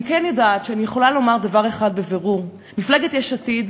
אני כן יודעת שאני יכולה לומר דבר אחד בבירור: מפלגת יש עתיד,